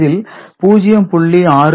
இதில் 0